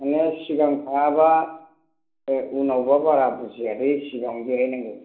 थांनाया सिगां थाङाबा उनावबा बारा बुजियालै सिगाङावनो जिरायनांगौ